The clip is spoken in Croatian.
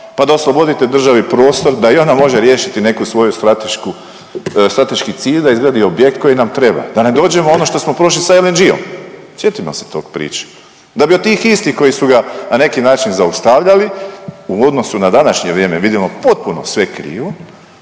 pa da oslobodite državi prostor da i ona može riješiti neku svoju stratešku, strateški cilj, da izgradi objekt koji nam treba, da ne dođemo ono što smo prošli sa LNG-om, sjetimo se tog priče, da bi od tih istih koji su ga na neki način zaustavljali u odnosu na današnje vrijeme, vidimo potpuno sve krivo,